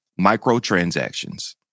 microtransactions